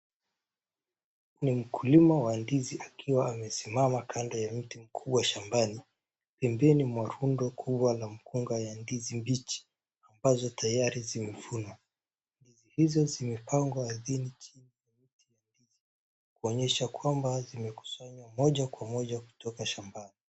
Ni mkulima wa ndizi akiwa amesimama kando ya mti mkubwa shambani .Pembeni mwa rundu kubwa wa mkunga wa ndizi mbichi ambazo tayari zimevunwa. Hizo zimepangwa moja kwa moja kuonyesha zimetolewa shambani.